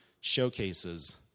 showcases